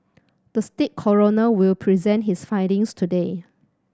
the state coroner will present his findings today